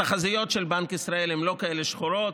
התחזיות של בנק ישראל הן לא כאלה שחורות.